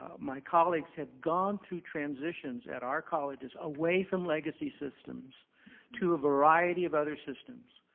my colleagues have gone through transitions at our colleges away from legacy systems to a variety of other systems.